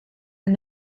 and